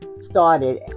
started